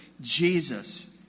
Jesus